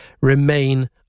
remain